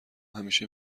همیشه